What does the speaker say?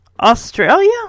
Australia